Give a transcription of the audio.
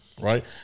right